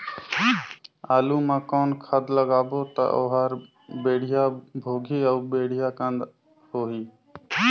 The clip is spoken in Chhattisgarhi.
आलू मा कौन खाद लगाबो ता ओहार बेडिया भोगही अउ बेडिया कन्द होही?